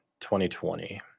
2020